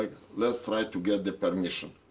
like let's try to get the permission.